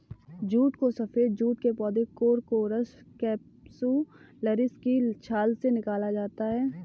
jute को सफेद jute के पौधे कोरकोरस कैप्सुलरिस की छाल से निकाला जाता है